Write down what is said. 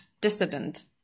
dissident